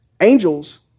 angels